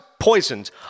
poisoned